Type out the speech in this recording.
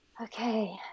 Okay